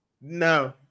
No